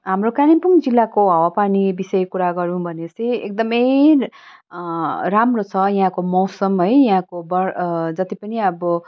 हाम्रो कालिम्पोङ जिल्लाको हावापानी विषय कुरा गरौँ भने चाहिँ एकदमै राम्रो छ यहाँको मौसम है यहाँको बर जति पनि अब